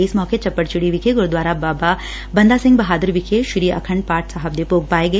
ਇਸ ਮੋਕੇ ਚੱਪੜਚਿੜੀ ਵਿਖੇ ਗੁਰਦੁਆਰਾ ਬਾਬਾ ਬੰਦਾ ਸਿੰਘ ਬਹਾਦਰ ਵਿਖੇ ਸ੍ਰੀ ਆਖੰਡ ਪਾਠ ਸਾਹਿਬ ਦੇ ਭੋਗ ਪਾਏ ਗਏ